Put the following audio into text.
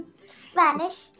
Spanish